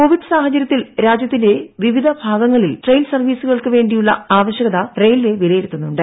Covid സാഹചര്യത്തിൽ രാജ്യത്തിന്റെ വിവിധ ഭാഗങ്ങളിൽ ട്രെയിൻ സർവീസുകൾക്ക് വേണ്ടിയുള്ള ആവശൃകത റെയിൽവെ വിലയിരുത്തുന്നുണ്ട്